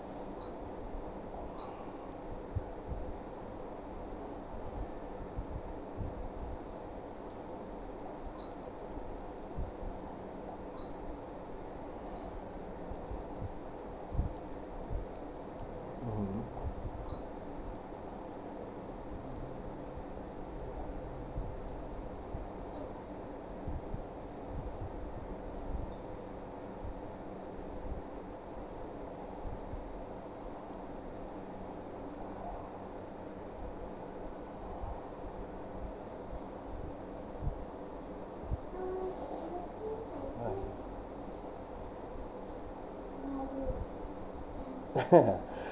mmhmm orh